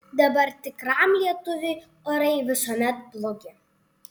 dabar tikram lietuviui orai visuomet blogi